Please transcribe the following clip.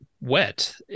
wet